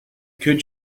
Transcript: could